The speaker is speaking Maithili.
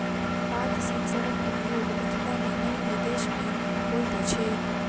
पात सेंसरक उपयोग मिथिला मे नै विदेश मे होइत अछि